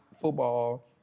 football